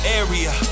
area